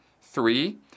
Three